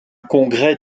congrès